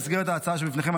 במסגרת ההצעה שבפניכם,